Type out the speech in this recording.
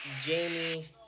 Jamie